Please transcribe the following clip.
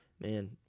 Man